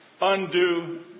undo